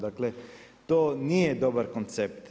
Dakle, to nije dobar koncept.